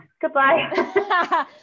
Goodbye